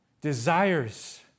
Desires